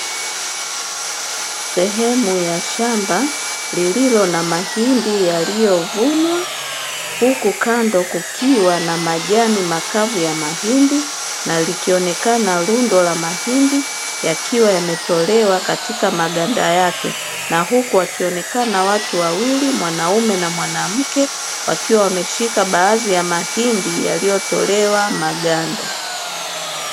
Sehemu ya shamba lililo na mahindi yaliyovunwa huku kando kukiwa na majani makavu ya mahindi na likionekana rundo la mahindi yakiwa yametolewa katika maganda yake, na huku wakionekana watu wawili mwanaume na mwanamke wakiwa wameshika baadhi ya mahindi yaliyotolewa maganda.